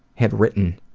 had written